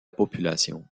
population